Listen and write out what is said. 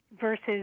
versus